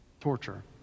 Torture